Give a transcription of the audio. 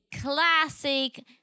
classic